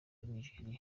nigeria